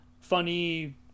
funny